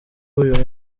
uyu